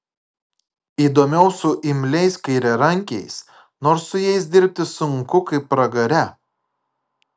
įdomiau su imliais kairiarankiais nors su jais dirbti sunku kaip pragare